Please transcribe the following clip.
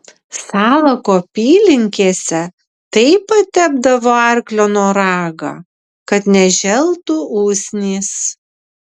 salako apylinkėse taip patepdavo arklo noragą kad neželtų usnys